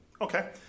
Okay